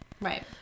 Right